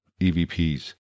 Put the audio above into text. EVPs